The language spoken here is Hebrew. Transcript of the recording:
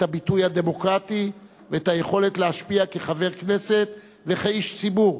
את הביטוי הדמוקרטי ואת היכולת להשפיע כחבר כנסת וכאיש ציבור,